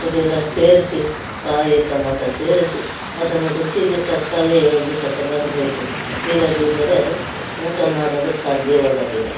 ಅದೆಲ್ಲ ಸೇರಿಸಿ ಕಾಯಿ ಟೊಮೆಟೋ ಸೇರಿಸಿ ಅದನ್ನು ರುಚಿಗೆ ತಕ್ಕ ಹಾಗೇ ಸ್ವಲ್ಪ ಬರಬೇಕು ಇಲ್ಲದಿದ್ದರೆ ಅದು ಊಟ ಮಾಡಲು ಸಾಧ್ಯವಾಗೋದಿಲ್ಲ